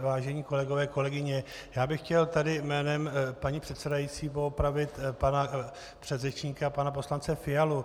Vážení kolegové, kolegyně, chtěl bych tady jménem paní předsedající poopravit pana předřečníka, pana poslance Fialu.